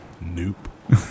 Nope